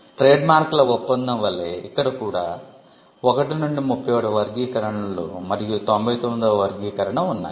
trademark ల ఒప్పందం వలె ఇక్కడ కూడా 1 నుండి 31 వర్గీకరణలు మరియు 99 వ వర్గీకరణ ఉన్నాయి